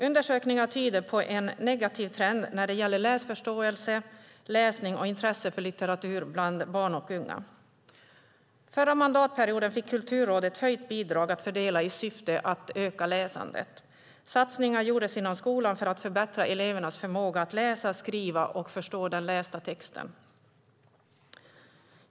Undersökningar tyder på en negativ trend när det gäller läsförståelse, läsning och intresse för litteratur bland barn och unga. Under den förra mandatperioden fick Kulturrådet höjt bidrag att fördela i syfte att öka läsandet. Satsningar gjordes inom skolan för att förbättra elevernas förmåga att läsa, skriva och förstå den lästa texten.